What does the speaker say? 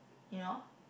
you know